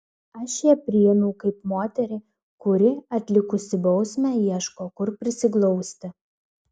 aš ją priėmiau kaip moterį kuri atlikusi bausmę ieško kur prisiglausti